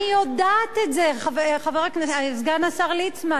אני יודעת את זה, סגן השר ליצמן.